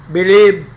believe